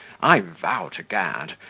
i vow to gad!